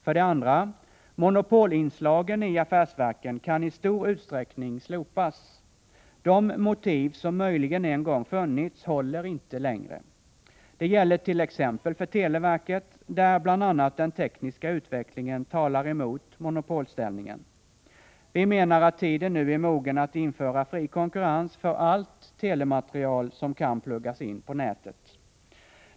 För det andra: Monopolinslagen i affärsverken kan i stor utsträckning slopas. De motiv som möjligen en gång funnits håller inte längre. Det gäller t.ex. för televerket, där bl.a. den tekniska utvecklingen talar emot monopolställningen. Vi menar att tiden nu är mogen att införa fri konkurrens för all telemateriel som kan pluggas in på nätet.